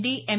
D M